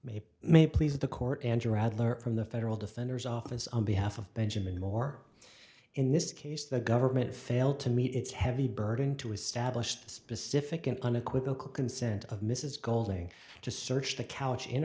seven may please the court and your adler from the federal defender's office on behalf of benjamin moore in this case the government failed to meet its heavy burden to establish specific and unequivocal consent of mrs golding to search the couch in